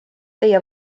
teie